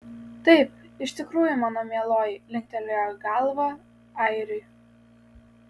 taip iš tikrųjų mano mieloji linktelėjo galva airiui